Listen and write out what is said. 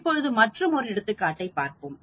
இப்பொழுது மற்றுமொரு எடுத்துக்காட்டைப் பார்ப்போம்